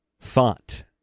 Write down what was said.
thought